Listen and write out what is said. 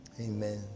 Amen